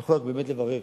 יכול באמת רק לברך,